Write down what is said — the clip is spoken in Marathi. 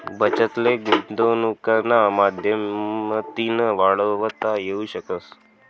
बचत ले गुंतवनुकना माध्यमतीन वाढवता येवू शकस